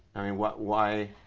i mean what, why?